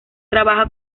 trabaja